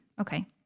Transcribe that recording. Okay